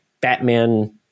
Batman